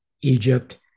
Egypt